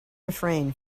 refrain